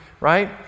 right